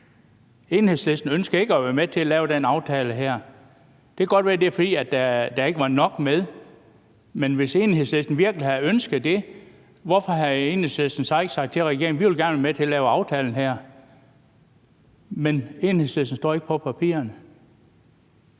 Enhedslisten ønskede ikke at være med til at lave den her aftale. Det kan godt være, at det var, fordi der ikke var nok med, men hvis Enhedslisten virkelig havde ønsket det, hvorfor sagde Enhedslisten så ikke til regeringen: Vi vil gerne være med til at lave aftalen her? Men Enhedslisten står ikke på papirerne.